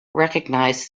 recognized